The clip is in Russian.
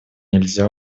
нельзя